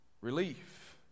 relief